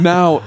Now